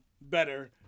better